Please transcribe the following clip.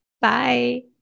Bye